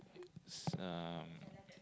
um